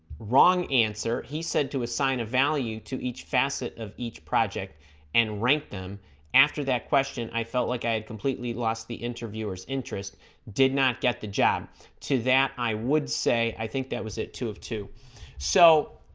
wrong answer he said to assign a value to each facet of each project and rank them after that question i felt like i had completely lost the interviewers interest did not get the job to that i would say i think that was it two of two so